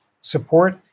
support